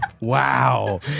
Wow